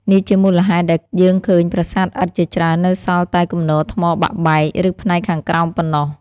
នេះជាមូលហេតុដែលយើងឃើញប្រាសាទឥដ្ឋជាច្រើននៅសល់តែគំនរថ្មបាក់បែក ឬផ្នែកខាងក្រោមប៉ុណ្ណោះ។